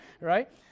right